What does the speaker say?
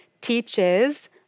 teaches